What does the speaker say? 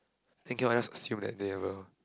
then cannot just assume that they will